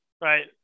Right